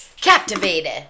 Captivated